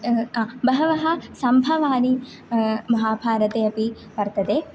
बहवः सम्भवानि महाभारते अपि वर्तते